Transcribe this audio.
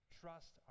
trust